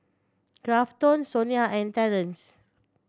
Grafton Sonya and Terance